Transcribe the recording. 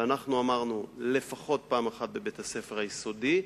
ואנחנו אמרנו לפחות פעם אחת בבית-הספר היסודי,